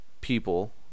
people